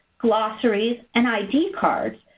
glossaries and id cards,